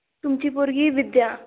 तुमची पोरगी विद्या